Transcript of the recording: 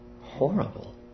horrible